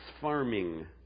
farming